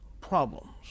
problems